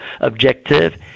objective